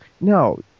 no